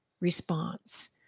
response